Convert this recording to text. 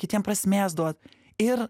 kitiem prasmės duot ir